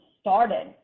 started